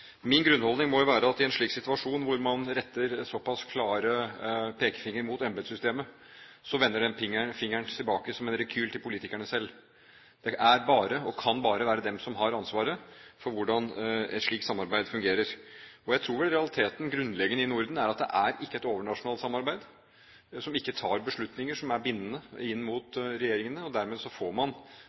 rekyl til politikerne selv. Det er bare og kan bare være de som har ansvaret for hvordan et slikt samarbeid fungerer. Jeg tror i realiteten at det grunnleggende i Norden ikke er et overnasjonalt samarbeid, som ikke tar beslutninger som er bindende for regjeringene. Derfor får man